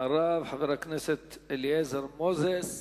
אחריו, חבר הכנסת אליעזר מוזס,